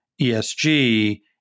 ESG